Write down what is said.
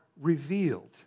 revealed